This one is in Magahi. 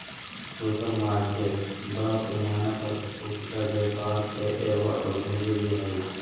सुपरमार्केट बड़ा पैमाना पर फुटकर व्यापार के एगो आधुनिक विधि हइ